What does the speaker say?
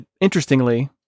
interestingly